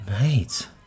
Mate